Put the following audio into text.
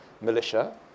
militia